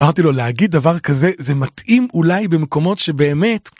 אמרתי לו להגיד דבר כזה זה מתאים אולי במקומות שבאמת